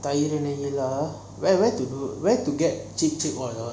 tired already lah oh ya where to where to get cheap cheap